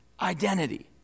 identity